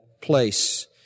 place